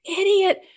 idiot